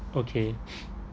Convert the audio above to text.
okay